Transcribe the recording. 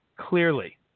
clearly